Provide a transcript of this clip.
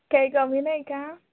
काही कमी नाही का